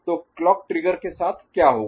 तो clock trigger के साथ क्या होगा